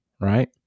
Right